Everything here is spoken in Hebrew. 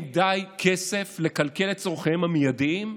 די כסף לכלכל את צורכיהם המיידיים?